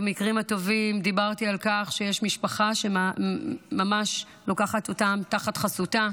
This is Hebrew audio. במקרים הטובים דיברתי על כך שיש משפחה שממש לוקחת אותם תחת חסותה.